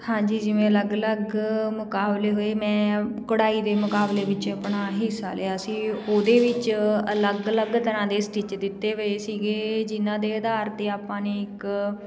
ਹਾਂਜੀ ਜਿਵੇਂ ਅਲੱਗ ਅਲੱਗ ਮੁਕਾਬਲੇ ਹੋਏ ਮੈਂ ਕਢਾਈ ਦੇ ਮੁਕਾਬਲੇ ਵਿੱਚ ਆਪਣਾ ਹਿੱਸਾ ਲਿਆ ਸੀ ਉਹਦੇ ਵਿੱਚ ਅਲੱਗ ਅਲੱਗ ਤਰ੍ਹਾਂ ਦੇ ਸਟਿਚ ਦਿੱਤੇ ਹੋਏ ਸੀਗੇ ਜਿਨ੍ਹਾਂ ਦੇ ਆਧਾਰ 'ਤੇ ਆਪਾਂ ਨੇ ਇੱਕ